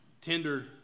Tender